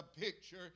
picture